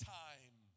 time